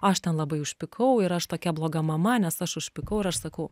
aš ten labai užpykau ir aš tokia bloga mama nes aš užpykau ir aš sakau